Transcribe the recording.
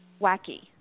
wacky